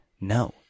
No